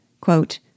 Quote